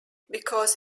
because